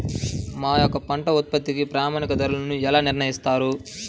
మా యొక్క పంట ఉత్పత్తికి ప్రామాణిక ధరలను ఎలా నిర్ణయిస్తారు?